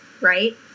right